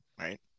right